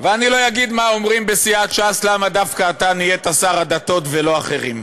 ולא אגיד מה אומרים בסיעת ש"ס למה דווקא אתה נהיית שר הדתות ולא אחרים.